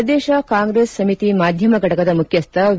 ಪ್ರದೇಶ ಕಾಂಗ್ರೆಸ್ ಸಮಿತಿ ಮಾಧ್ಯಮ ಘಟಕದ ಮುಖ್ಯಸ್ಥ ವಿ